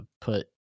put